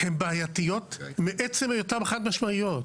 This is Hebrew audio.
הן בעיותיות מעצם היותן חד משמעיות.